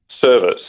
service